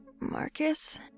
Marcus